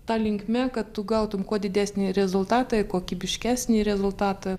ta linkme kad tu gautum kuo didesnį rezultatą kokybiškesnį rezultatą